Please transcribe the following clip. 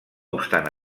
obstant